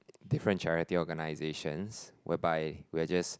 different charity organizations whereby we are just